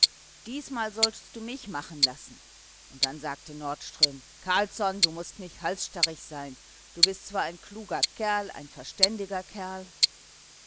diesmal sollst du mich machen lassen und dann sagte nordström carlsson du mußt nicht halsstarrig sein du bist zwar ein kluger kerl ein verständiger kerl